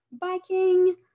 biking